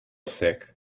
sick